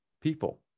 people